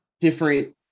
different